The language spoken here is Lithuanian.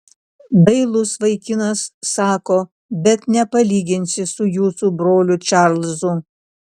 dailus vaikinas sako bet nepalyginsi su jūsų broliu čarlzu